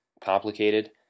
complicated